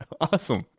awesome